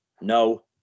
No